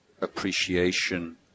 appreciation